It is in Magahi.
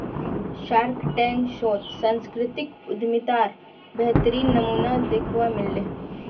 शार्कटैंक शोत सांस्कृतिक उद्यमितार बेहतरीन नमूना दखवा मिल ले